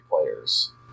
players